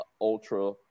ultra